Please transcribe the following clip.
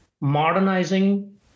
modernizing